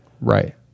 Right